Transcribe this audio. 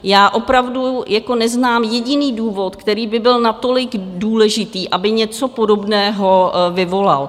Já opravdu neznám jediný důvod, který by byl natolik důležitý, aby něco podobného vyvolal.